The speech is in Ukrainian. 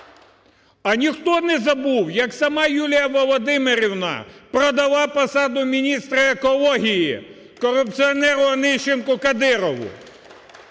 А ніхто не забув як сама Юлія Володимирівна продала посаду міністра екології корупціонеру Онищенку (Кадирову)?